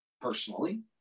personally